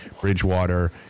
Bridgewater